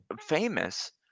famous